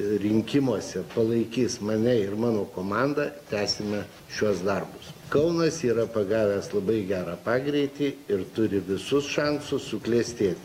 rinkimuose palaikys mane ir mano komandą tęsime šiuos darbus kaunas yra pagavęs labai gerą pagreitį ir turi visus šansus suklestėt